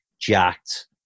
jacked